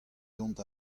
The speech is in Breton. dont